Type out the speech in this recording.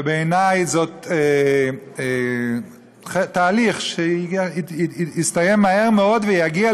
ובעיני זה תהליך שיסתיים מהר מאוד ויגיע